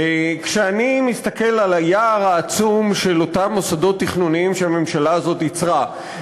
כשאני מסתכל על היער העצום של אותם מוסדות תכנוניים שהממשלה הזאת ייצרה,